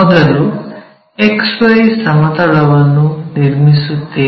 ಮೊದಲು XY ಸಮತಲವನ್ನು ನಿರ್ಮಿಸುತ್ತೇವೆ